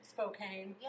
Spokane